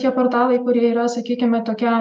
tie portalai kurie yra sakykime tokia